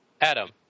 Adam